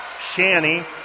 Shanny